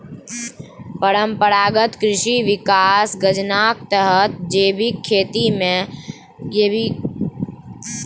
परंपरागत कृषि बिकास योजनाक तहत जैबिक खेती केँ बढ़ावा देल जा रहल छै